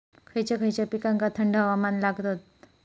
खय खयच्या पिकांका थंड हवामान लागतं?